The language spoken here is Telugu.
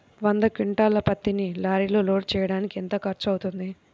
వంద క్వింటాళ్ల పత్తిని లారీలో లోడ్ చేయడానికి ఎంత ఖర్చవుతుంది?